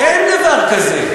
אין דבר כזה.